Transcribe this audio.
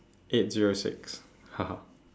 eight zero six